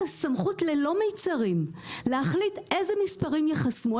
סמכות ללא מיצרים להחליט אילו מספרים ייחסמו.